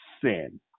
sin